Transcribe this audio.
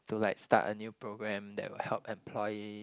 to like start a new programme that will help employee